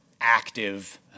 active